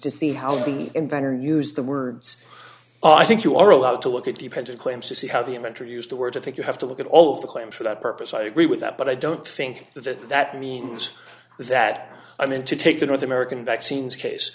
to see how the inventor used the words i think you are allowed to look at the pentagon to see how the inventor used the words i think you have to look at all of the claims for that purpose i agree with that but i don't think that that means that i meant to take the north american vaccines case